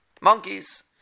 monkeys